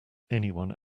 anyone